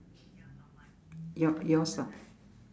y~ yours bah